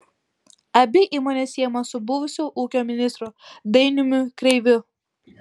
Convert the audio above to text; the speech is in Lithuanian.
abi įmonės siejamos su buvusiu ūkio ministru dainiumi kreiviu